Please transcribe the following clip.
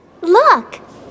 Look